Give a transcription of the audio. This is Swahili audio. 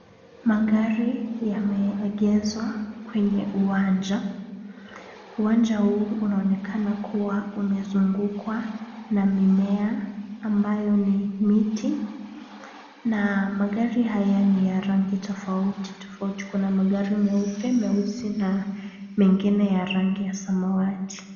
Magari yameegezwa kwenye uwanja. Uwanja huu unaonekana kuwa amezungukwa na mimea ambayo ni miti na magari haya ni rangi tofauti tofauti. Kuna magari meupe, meusi na mengine ya rangi ya samawati.